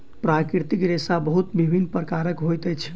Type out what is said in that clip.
प्राकृतिक रेशा बहुत विभिन्न प्रकारक होइत अछि